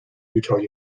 utah